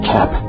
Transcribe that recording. Cap